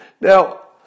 Now